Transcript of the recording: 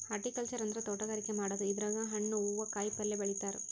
horticulture ಅಂದ್ರ ತೋಟಗಾರಿಕೆ ಮಾಡದು ಇದ್ರಾಗ್ ಹಣ್ಣ್ ಹೂವಾ ಕಾಯಿಪಲ್ಯ ಬೆಳಿತಾರ್